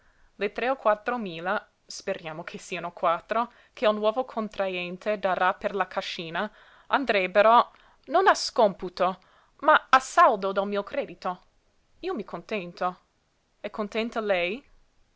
che il nuovo contraente darà per la cascina andrebbero non a scòmputo ma a saldo del mio credito io mi contento è contenta lei